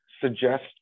suggest